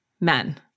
men